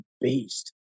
beast